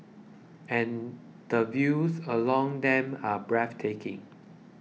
and the views along them are breathtaking